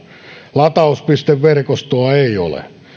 latauspisteverkostoa ei ole